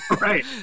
Right